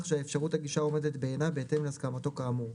שאפשרות הגישה עומדת בעינה בהתאם להסכמתו כאמור,